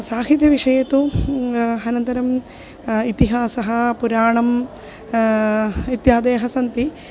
साहित्यविषये तु अनन्तरम् इतिहासः पुराणम् इत्यादयः सन्ति